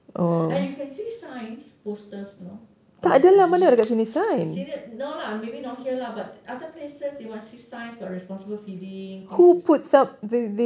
and you can see signs posters you know at the lift no lah maybe not here lah but maybe other places you can see signs about responsible feeding